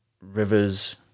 Rivers